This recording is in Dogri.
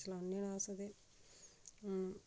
चलाने न अस ते